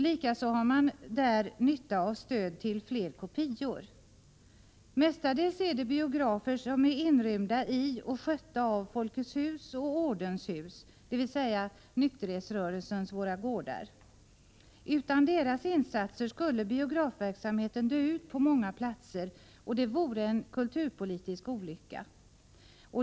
Likaså har man där nytta av stöd till fler kopior. Mestadels är det biografer inrymda i och skötta av Folkets hus och av ordenshus, dvs. nykterhetsrörelsens Våra gårdar. Utan deras insatser skulle biografverksamheten dö ut på många platser, och det vore en kulturpolitisk olycka.